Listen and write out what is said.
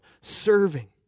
serving